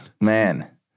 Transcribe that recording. man